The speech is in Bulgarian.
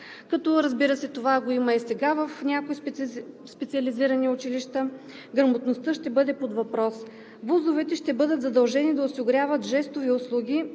език, като го има и сега в някои специализирани училища, грамотността ще бъде под въпрос. ВУЗ-овете ще бъдат задължени да осигуряват жестови услуги,